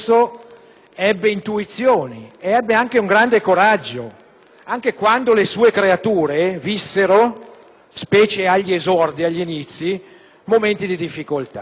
Ebbe intuizioni ed ebbe anche un grande coraggio, anche quando le sue creature - specie agli esordi, agli inizi - vissero momenti di difficoltà.